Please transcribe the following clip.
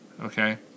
Okay